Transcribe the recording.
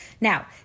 Now